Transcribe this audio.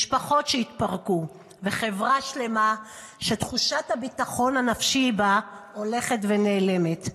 משפחות שהתפרקו וחברה שלמה שתחושת הביטחון הנפשי בה הולכת ונעלמת.